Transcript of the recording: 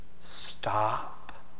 Stop